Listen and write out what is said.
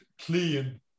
clean